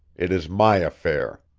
it is my affair.